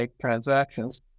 transactions